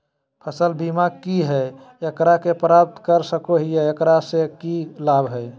फसल बीमा की है, एकरा के प्राप्त कर सको है, एकरा से की लाभ है?